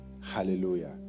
Hallelujah